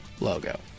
logo